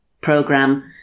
program